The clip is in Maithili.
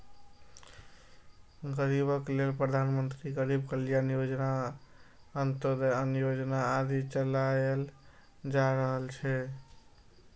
गरीबक लेल प्रधानमंत्री गरीब कल्याण योजना, अंत्योदय अन्न योजना आदि चलाएल जा रहल छै